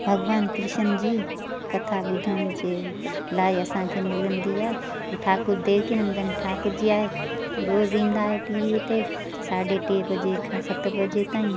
भॻिवान कृष्ण जी कथा ॿुधण जे लाइ असांखे मिलंदी आहे ठाकुर देवकीनंदन ठाकुर जी आहे रोज़ ईंदा आहे टीवीअ ते साढे टे बजे खां सत बजे ताईं